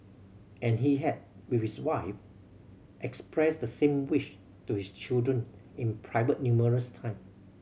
and he had with his wife expressed the same wish to his children in private numerous time